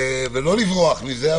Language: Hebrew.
-- ולא לברוח מזה.